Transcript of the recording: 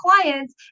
clients